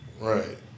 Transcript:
right